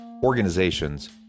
organizations